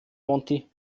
monti